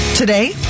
Today